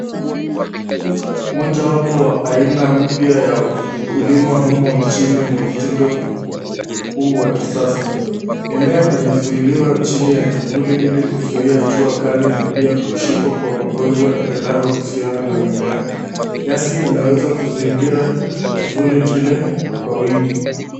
Mojawapo wa aina mpya ya ukulima humu nchini ni mtindo huu wa kisasa, mimea imezuiliwa chini ya kivuli ili kuzuia jua kali na pia kushikwa kwa magonjwa yanayohusiana na mimea ,nyasi imeweza kuzingira kivuli kile kwa wingi.